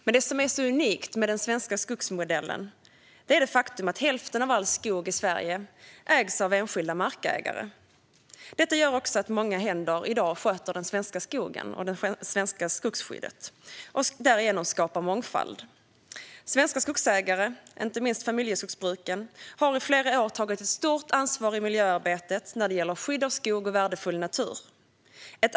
Men det som är unikt med den svenska skogsmodellen är det faktum att hälften av all skog i Sverige ägs av enskilda markägare. Detta gör att det i dag är många händer som sköter den svenska skogen och det svenska skogsskyddet och därigenom skapar mångfald. Svenska skogsägare, inte minst familjeskogsbruken, har i flera år tagit ett stort ansvar i miljöarbetet när det gäller skydd av skog och värdefull natur.